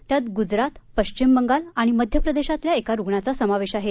त्यात गुजरात पश्चिम बगाल आणि मध्य प्रदेशातल्या एका रुग्णाचा समावेश आहे